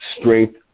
strength